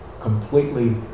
completely